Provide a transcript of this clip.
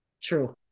True